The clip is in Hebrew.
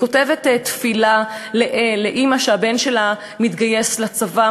היא כותבת תפילה לאימא שהבן שלה מתגייס לצבא.